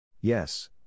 Yes